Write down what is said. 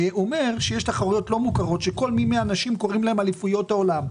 ויש תחרויות לא מוכרות שכל מיני אנשים קוראים להן אליפויות העולם.